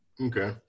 Okay